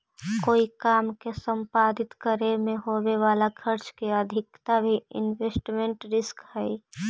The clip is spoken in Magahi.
कोई काम के संपादित करे में होवे वाला खर्च के अधिकता भी इन्वेस्टमेंट रिस्क हई